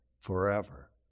forever